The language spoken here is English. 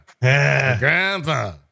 Grandpa